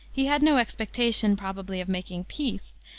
he had no expectation, probably, of making peace,